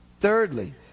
Thirdly